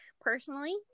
personally